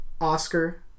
Oscar